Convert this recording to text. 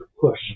push